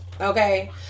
okay